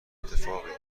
اتفاقی